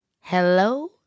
Hello